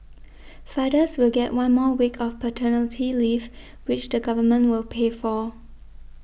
fathers will get one more week of paternity leave which the Government will pay for